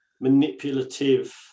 manipulative